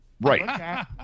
right